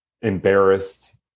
embarrassed